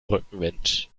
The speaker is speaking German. rückenwind